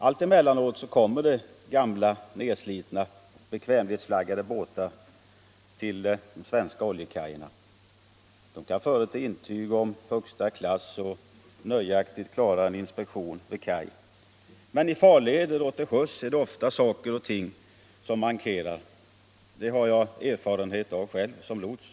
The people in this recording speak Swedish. Allt emellanåt kommer det gamla nedslitna bekvämlighetsflaggade båtar till de svenska oljekajerna. De kan förete intyg om högsta klass och nöjaktigt klara en inspektion vid kaj, men i farleder och till sjöss är det ofta saker och ting som mankerar. Det har jag erfarenhet av själv, som lots.